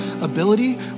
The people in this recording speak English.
ability